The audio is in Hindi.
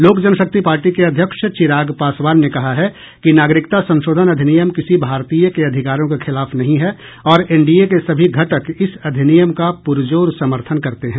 लोक जनशक्ति पार्टी के अध्यक्ष चिराग पासवान ने कहा है कि नागरिकता संशोधन अधिनियम किसी भारतीय के अधिकारों के खिलाफ नहीं है और एनडीए के सभी घटक इस अधिनियम का प्रजोर समर्थन करते हैं